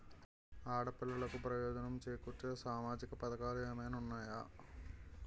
ఆడపిల్లలకు ప్రయోజనం చేకూర్చే సామాజిక పథకాలు ఏమైనా ఉన్నాయా?